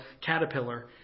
caterpillar